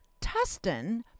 Tustin